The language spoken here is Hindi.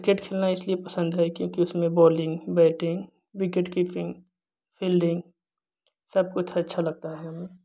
क्रिकेट खेलना इसलिए पसंद है क्योंकि उसमें bowling batting wicket keeping fielding सब कुछ अच्छा लगता है हमें